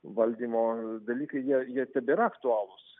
valdymo dalykai jie jie tebėra aktualūs